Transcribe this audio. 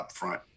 upfront